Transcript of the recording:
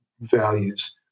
values